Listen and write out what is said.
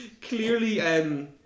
clearly